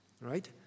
Right